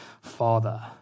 Father